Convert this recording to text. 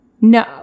no